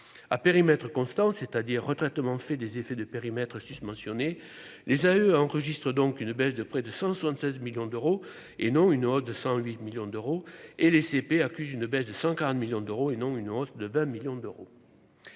à périmètre constant, c'est-à-dire retraitement fait des effets de périmètre susmentionnés les a eus enregistre donc une baisse de près de 176 millions d'euros et non une eau de 108 millions d'euros, et le S&P accuse une baisse de 140 millions d'euros et non une hausse de 20 millions d'euros,